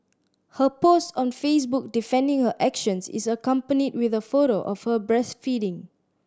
her post on Facebook defending her actions is accompanied with a photo of her breastfeeding